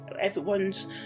everyone's